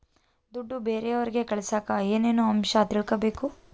ದುಡ್ಡು ಬೇರೆಯವರಿಗೆ ಕಳಸಾಕ ಏನೇನು ಅಂಶ ತಿಳಕಬೇಕು?